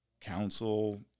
council